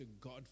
God